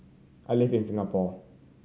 I live in Singapore